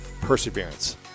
perseverance